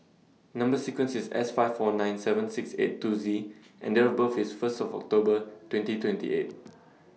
Number sequence IS S five four nine seven six eight two Z and Date of birth IS First of October twenty twenty eight